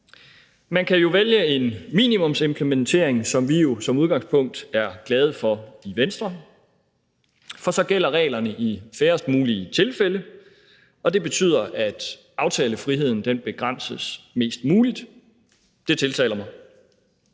Man kan jo vælge en minimumsimplementering, hvad vi i udgangspunktet er glade for i Venstre, for så gælder reglerne i færrest mulige tilfælde, og det betyder, at aftalefriheden begrænses mindst muligt. Det tiltaler mig.